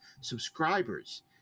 subscribers